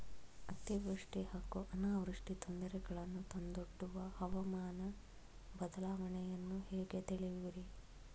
ಅತಿವೃಷ್ಟಿ ಹಾಗೂ ಅನಾವೃಷ್ಟಿ ತೊಂದರೆಗಳನ್ನು ತಂದೊಡ್ಡುವ ಹವಾಮಾನ ಬದಲಾವಣೆಯನ್ನು ಹೇಗೆ ತಿಳಿಯುವಿರಿ?